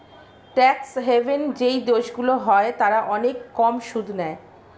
tax haven যেই দেশগুলো হয় তারা অনেক কম সুদ নেয়